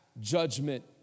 judgment